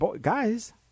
guys